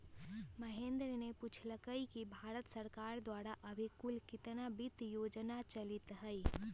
महेंद्र ने पूछल कई कि भारत सरकार द्वारा अभी कुल कितना वित्त योजना चलीत हई?